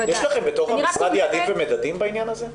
יש לכם במשרד יעדים ומדדים לעניין הזה?